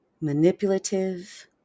manipulative